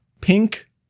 pink